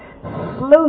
slow